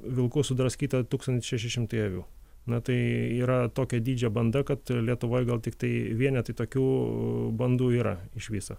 vilkų sudraskytą tūkstantis šeši šmtai avių na tai yra tokio dydžio banda kad lietuvoj gal tiktai vienetai tokių bandų yra iš viso